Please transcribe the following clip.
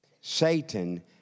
Satan